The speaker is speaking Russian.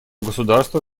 государства